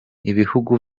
ibihugu